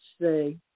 say